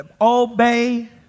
Obey